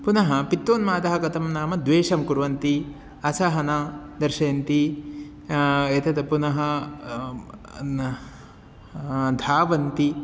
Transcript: पुनः पित्तोन्मादः कथं नाम द्वेषः कुर्वन्ति असहना दर्शयन्ति एतद् पुनः धावन्ति